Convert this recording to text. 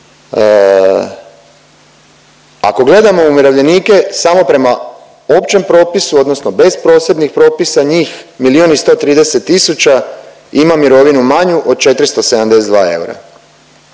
ako gledamo umirovljenike samo prema općem propisu, odnosno bez posebnih propisa, njih milijun i 130 tisuća ima mirovinu manju od 472 eura,